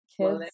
kids